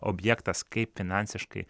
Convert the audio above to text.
objektas kaip finansiškai